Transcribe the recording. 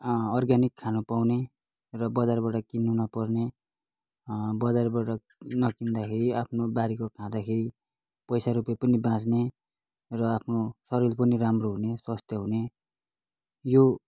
organic खान पाउने र बजारबाट किन्नु नपर्ने बजारबाट नकिन्दाखेरि आफ्नो बारीको खाँदाखेरि पैसा रुपियाँ पनि बाँच्ने र आफ्नो शरीर पनि राम्रो हुने स्वास्थ्य हुने यो